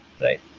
right